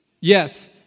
Yes